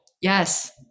yes